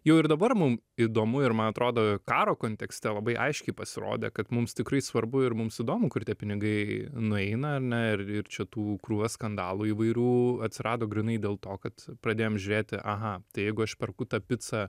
jau ir dabar mum įdomu ir man atrodo karo kontekste labai aiškiai pasirodė kad mums tikrai svarbu ir mums įdomu kur tie pinigai nueina ar ne ir ir čia tų krūvą skandalų įvairių atsirado grynai dėl to kad pradėjom žiūrėti aha tai jeigu aš perku tą picą